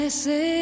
say